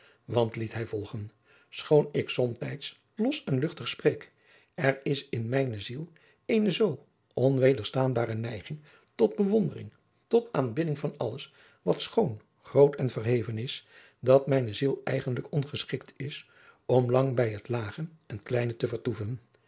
want liet hij volgen schoon ik somtijds los en luchtig spreek er is in mijne ziel eene zoo onwederstaanbare neiging tot bewondering tot aanbidding van alles wat schoon groot en verheven is dat mijne ziel eigenlijk ongeschikt is om lang bij het lage en kleine te vertoeven